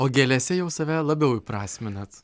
o gėlėse jau save labiau įprasminat